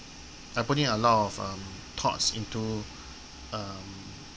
I put in a lot of um thoughts into um